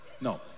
No